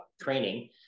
training